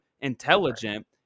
intelligent